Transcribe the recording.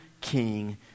king